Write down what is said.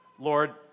Lord